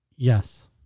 Yes